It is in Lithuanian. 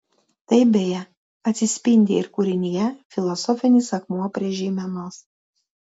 tai beje atsispindi ir kūrinyje filosofinis akmuo prie žeimenos